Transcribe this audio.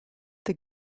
the